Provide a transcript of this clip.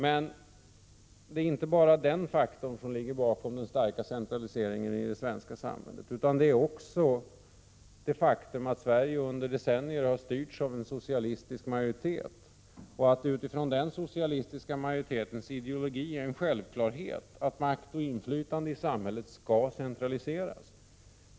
Det är emellertid inte bara den faktorn som ligger bakom den starka centraliseringen i det svenska samhället, utan det är också det faktum att Sverige under decennier har styrts av en socialistisk majoritet och att det utifrån den socialistiska majoritetens ideologi är en självklarhet att makt och inflytande i samhället skall centraliseras.